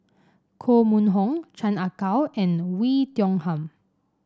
Koh Mun Hong Chan Ah Kow and Oei Tiong Ham